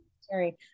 Sorry